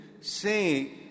say